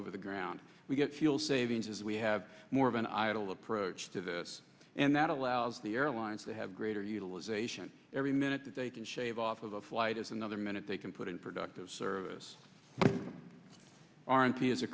over the ground we get fuel savings as we have more of an idle approach to this and that allows the airlines to have greater utilization every minute that they can shave off of a flight is another minute they can put in productive service aren t